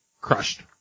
crushed